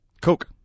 coke